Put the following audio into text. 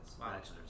bachelor's